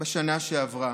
בשנה שעברה.